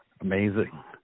amazing